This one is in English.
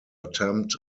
attempt